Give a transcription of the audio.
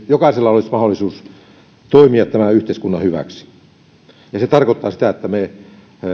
jokaisella olisi mahdollisuus toimia tämän yhteiskunnan hyväksi ja se tarkoittaa sitä että me